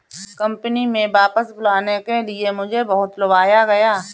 company में वापस बुलाने के लिए मुझे बहुत लुभाया गया